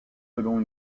selon